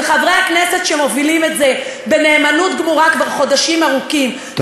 וחברי הכנסת שמובילים את זה בנאמנות גמורה כבר חודשים ארוכים,